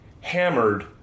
hammered